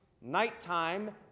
Nighttime